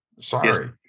sorry